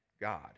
God